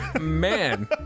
Man